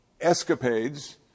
escapades